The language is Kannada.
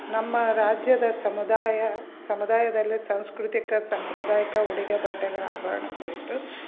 ನಮ್ಮ ರಾಜ್ಯದ ಸಮುದಾಯ ಸಮುದಾಯದಲ್ಲಿ ಸಾಂಸ್ಕೃತಿಕ ಸಂಪ್ರದಾಯಿಕ ಉಡುಗೆ ಬಟ್ಟೆಗಳ ಆಭರಣ ಕುರಿತು